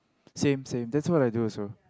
same same that's what I do also